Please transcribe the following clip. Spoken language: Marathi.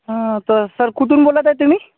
हां तर सर कुठून बोलत आहे तुम्ही